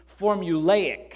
formulaic